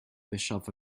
bishop